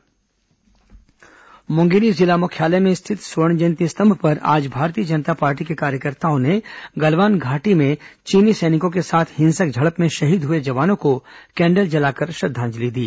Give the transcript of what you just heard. भाजपा श्रद्वांजलि मुंगेली जिला मुख्यालय में रिथित स्वर्ण जयंती स्तंभ पर आज भारतीय जनता पार्टी के कार्यकर्ताओं ने गलवान घाटी में चीनी सैनिकों के साथ हिंसक झड़प में शहीद हुए जवानों को कैंडल जलाकर श्रद्वांजलि दी